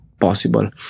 possible